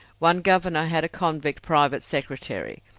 one governor had a convict private secretary.